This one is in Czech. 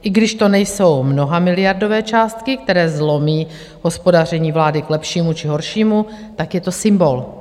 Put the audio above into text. I když to nejsou mnohamiliardové částky, které zlomí hospodaření vlády k lepšímu či horšímu, tak je to symbol.